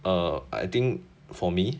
err I think for me